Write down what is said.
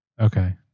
Okay